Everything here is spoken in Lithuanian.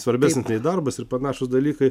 svarbesnis darbas ir panašūs dalykai